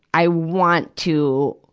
i want to,